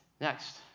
Next